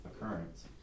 occurrence